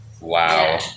wow